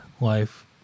Life